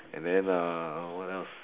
and then uh what else